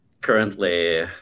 currently